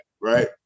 Right